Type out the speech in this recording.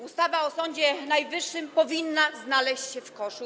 Ustawa o Sądzie Najwyższym powinna znaleźć się w koszu.